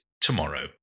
tomorrow